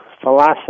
philosophy